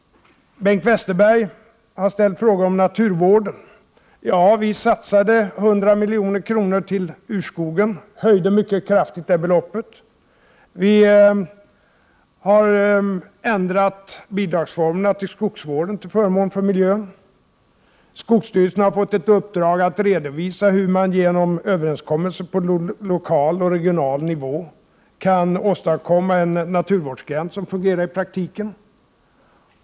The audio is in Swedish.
Bengt Westerberg har ställt frågor om naturvården. Vi satsade 100 milj.kr. på urskogen, och det var en mycket kraftig höjning av beloppet. Vi har ändrat formerna för bidrag till skogsvården till förmån för miljön. Skogsstyrelsen har fått ett uppdrag att redovisa hur man genom överenskommelser på lokal och regional nivå kan åstadkomma en naturvårdsgräns som fungerar i praktiken.